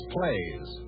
Plays